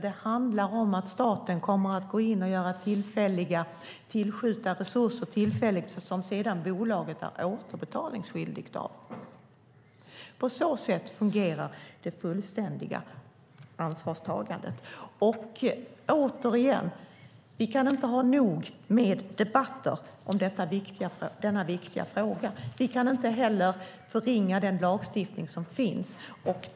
Det handlar om att staten går in och tillfälligt tillskjuter resurser som bolaget sedan är skyldigt att återbetala. På så sätt fungerar det fullständiga ansvarstagandet. Återigen: Vi kan inte ha nog med debatter i denna viktiga fråga. Inte heller kan vi förringa den lagstiftning som finns.